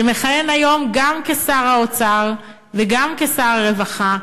שמכהן היום גם כשר האוצר וגם כשר הרווחה,